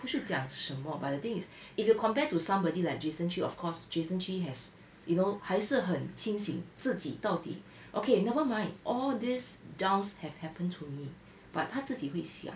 不是讲什么 but the thing is if you compare to somebody like jason chee of course jason chee has you know 还是很清醒自己到底 okay never mind all this downs have happened to me but 他自己会想